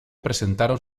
presentaron